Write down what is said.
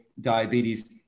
diabetes